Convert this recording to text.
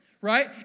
right